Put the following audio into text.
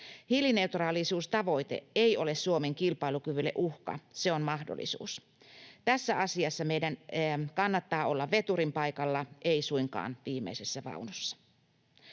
Hiilineutraalisuustavoite ei ole Suomen kilpailukyvylle uhka, vaan se on mahdollisuus. Tässä asiassa meidän kannattaa olla veturin paikalla, ei suinkaan viimeisessä vaunussa.